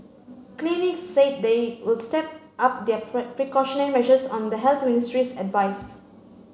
clinics said they will step up their precautionary measures on the Health Ministry's advice